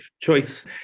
choice